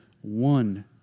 one